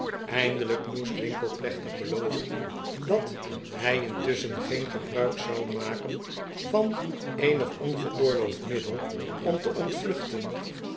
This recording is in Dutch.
eindelijk moest winkle plechtig beloven dat hij intusschen geen gebruik zou maken van eenig ongeoorloofd middel om te ontvluchten